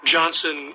Johnson